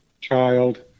child